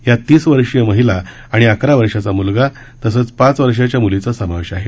यात तीस वर्षीय महिला व अकरा वर्षाचा म्लगा आणि शाच वर्षाच्या मूलीचा समावेश आहे